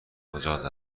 مجاز